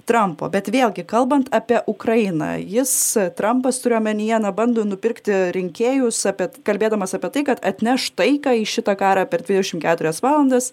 trampo bet vėlgi kalbant apie ukrainą jis trampas turiu omenyje bando nupirkti rinkėjus apie kalbėdamas apie tai kad atneš taiką į šitą karą per dvidešimt keturias valandas